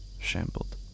Shambled